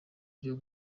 byo